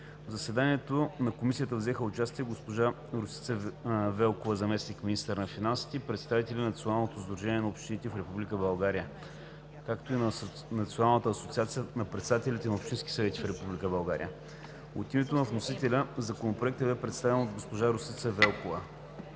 В заседанието на Комисията взеха участие: госпожа Росица Велкова – заместник-министър на финансите; представители на Националното сдружение на общините в Република България, както и на Националната асоциация на председателите на общинските съвети в Република България. От името на вносителя Законопроектът бе представен от госпожа Росица Велкова.